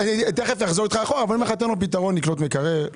תכף אחזור איתך אחורה אבל תן לו פתרון לקנות מקרר,